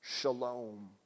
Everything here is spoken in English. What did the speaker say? shalom